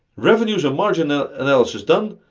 revenues and margins analysis done,